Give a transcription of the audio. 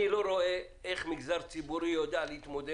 יש מקום שזה כתוב בתקנות?